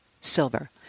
silver